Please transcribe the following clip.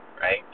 right